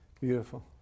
Beautiful